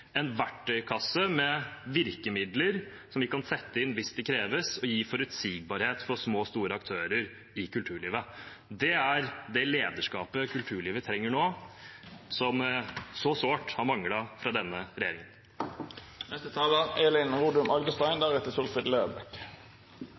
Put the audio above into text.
en verktøykasse med virkemidler som vi kan sette inn hvis det kreves, som vil gi forutsigbarhet for små og store aktører i kulturlivet. Det er det lederskapet kulturlivet trenger nå, som så sårt har manglet fra denne regjeringen.